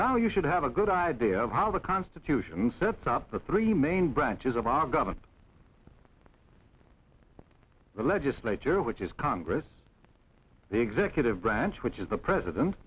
now you should have a good idea of how the constitution sets up the three main branches of agata the legislature which is congress the executive branch which is the president